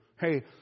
Hey